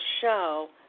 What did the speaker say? show